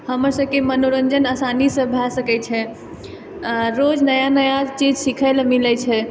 हमर सभकेँ मनोरञ्जन आसानीसँ भए सकै छै रोज नया नया चीज सिखै लए मिलै छै